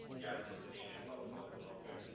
gases endanger public health and welfare?